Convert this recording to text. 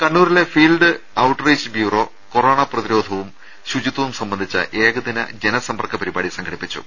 കണ്ണൂരിലെ field outreach bureau corona പ്രതിരോ ധവും ശുചിത്വും സംബന്ധിച്ച ഏകദിന ജനസമ്പർക്ക പരിപാടി സംഘ ടിപ്പിച്ചു